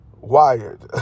wired